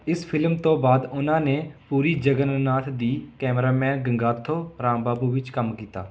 ਇਸ ਫਿਲਮ ਤੋਂ ਬਾਅਦ ਉਨ੍ਹਾਂ ਨੇ ਪੁਰੀ ਜਗਨਨਾਥ ਦੀ ਕੈਮਰਾਮੈਨ ਗੰਗਾਥੋ ਰਾਮਬਾਬੂ ਵਿੱਚ ਕੰਮ ਕੀਤਾ